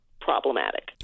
problematic